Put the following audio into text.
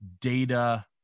data